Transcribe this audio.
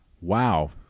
Wow